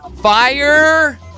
Fire